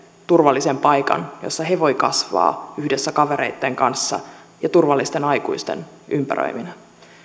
turvallisen paikan jossa he voivat kasvaa yhdessä kavereitten kanssa ja turvallisten aikuisten ympäröiminä